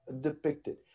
depicted